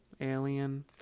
alien